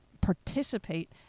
participate